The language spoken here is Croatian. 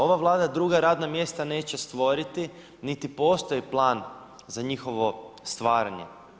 Ova Vlada druga radna mjesta neće stvoriti, niti postoji plan za njihovo stvaranje.